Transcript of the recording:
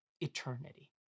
eternity